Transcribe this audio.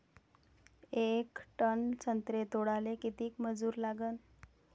येक टन संत्रे तोडाले किती मजूर लागन?